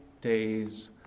days